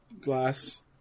glass